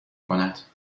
کند